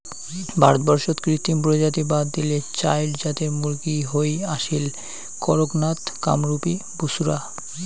ভারতবর্ষত কৃত্রিম প্রজাতি বাদ দিলে চাইর জাতের মুরগী হই আসীল, কড়ক নাথ, কামরূপী, বুসরা